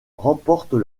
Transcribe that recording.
remportent